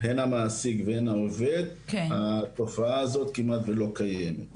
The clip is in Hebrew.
הן המעסיק והן העובד, התופעה הזאת כמעט ולא קיימת.